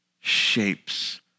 shapes